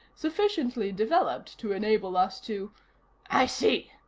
sufficiently developed to enable us to i see,